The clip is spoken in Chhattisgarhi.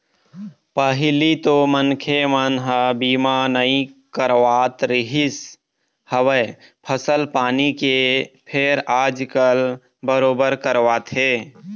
पहिली तो मनखे मन ह बीमा नइ करवात रिहिस हवय फसल पानी के फेर आजकल बरोबर करवाथे